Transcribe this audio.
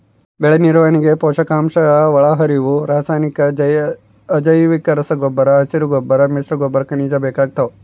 ಬೆಳೆನಿರ್ವಹಣೆಗೆ ಪೋಷಕಾಂಶಒಳಹರಿವು ರಾಸಾಯನಿಕ ಅಜೈವಿಕಗೊಬ್ಬರ ಹಸಿರುಗೊಬ್ಬರ ಮಿಶ್ರಗೊಬ್ಬರ ಖನಿಜ ಬೇಕಾಗ್ತಾವ